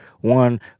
one